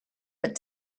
but